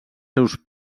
seus